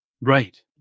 right